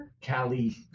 Cali